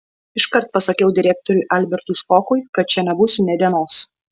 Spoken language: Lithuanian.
iškart pasakiau direktoriui albertui špokui kad čia nebūsiu nė dienos